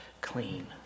clean